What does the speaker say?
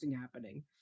happening